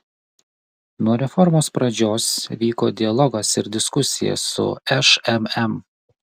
nuo reformos pradžios vyko dialogas ir diskusija su šmm